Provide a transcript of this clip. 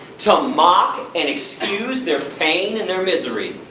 to mock and excuse, their pain, and their misery.